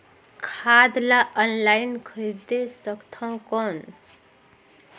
खाद ला ऑनलाइन खरीदे सकथव कौन?